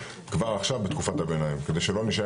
כבר עכשיו בתקופת הביניים כדי שלא נישאר